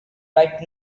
right